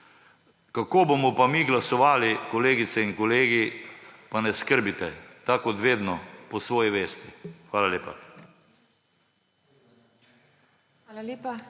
Kako bomo pa mi glasovali, kolegice in kolegi, pa ne skrbite, tako kot vedno: po svoji vesti. Hvala lepa.